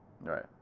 Right